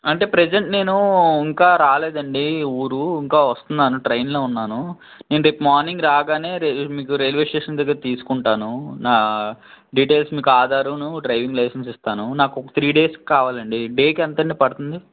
అంటే ప్రజెంట్ నేను ఇంకా రాలేదండి ఊరు ఇంకా వస్తున్నాను ట్రైన్లో ఉన్నాను నేను రేపు మార్నింగ్ రాగానే మీకు రైల్వే స్టేషన్ దగ్గర తీసుకుంటాను నా డీటెయిల్స్ మీకు ఆధారూను డ్రైవింగ్ లైసెన్స్ ఇస్తాను నాకు ఒక త్రీ డేస్కి కావాలండి డేకి ఎంతండి పడుతుంది